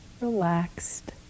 relaxed